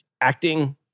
acting